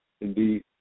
Indeed